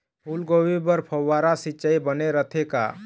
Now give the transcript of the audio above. फूलगोभी बर फव्वारा सिचाई बने रथे का?